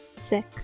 sick